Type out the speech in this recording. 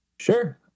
Sure